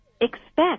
expect